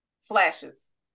flashes